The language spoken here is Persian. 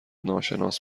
ناشناس